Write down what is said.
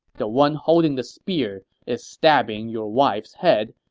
the one holding the spear is stabbing your wife's head,